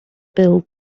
build